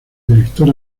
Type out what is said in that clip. director